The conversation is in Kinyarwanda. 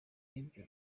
bibye